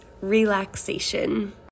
relaxation